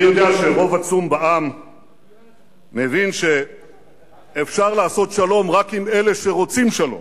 אני יודע שרוב עצום בעם מבין שאפשר לעשות שלום רק עם אלה שרוצים שלום.